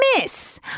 Miss